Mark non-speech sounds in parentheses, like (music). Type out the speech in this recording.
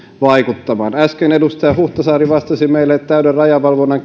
vaikuttamaan äsken edustaja huhtasaari vastasi meille täyden rajavalvonnan (unintelligible)